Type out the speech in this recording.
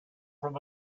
from